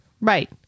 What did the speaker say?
right